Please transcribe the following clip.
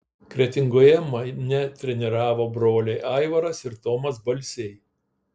kretingoje mane treniravo broliai aivaras ir tomas balsiai